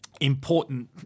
important